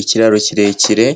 Ikiraro kirekire